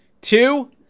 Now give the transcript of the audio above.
two